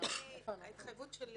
ההתחייבות שלי